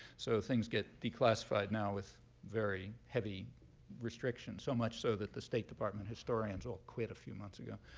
so things get declassified now with very heavy restrictions, so much so that the state department historians all quit a few months ago.